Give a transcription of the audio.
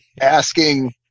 asking